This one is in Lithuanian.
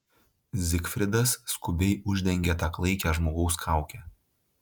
zigfridas skubiai uždengė tą klaikią žmogaus kaukę